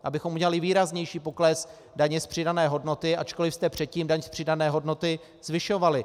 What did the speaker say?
Abychom udělali výraznější pokles daně z přidané hodnoty, ačkoliv jste předtím daň z přidané hodnoty zvyšovali.